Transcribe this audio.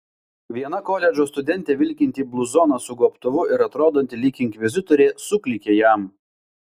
viena koledžo studentė vilkinti bluzoną su gobtuvu ir atrodanti lyg inkvizitorė suklykė jam